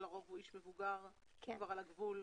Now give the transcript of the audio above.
שלרוב הוא איש מבוגר וכבר על הגבול.